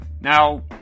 Now